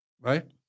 Right